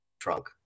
trunk